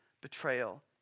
betrayal